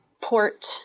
port